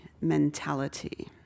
mentality